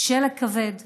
שלג כבד